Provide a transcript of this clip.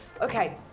Okay